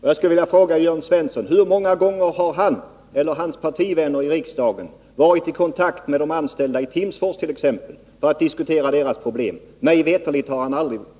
Jag skulle vilja fråga Jörn Svensson: Hur många gånger har Jörn Svensson eller hans partivänner i riksdagen varit i kontakt med de anställda i t.ex. Timsfors för att diskutera deras problem? Mig veterligt har ni aldrig varit det.